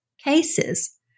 cases